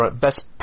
best